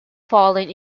fallen